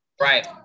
Right